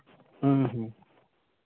ᱦᱮᱸ ᱦᱮᱸ